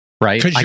right